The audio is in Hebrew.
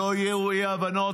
שלא יהיו אי-הבנות.